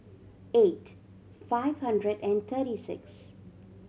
eight five hundred and thirty six